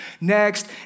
next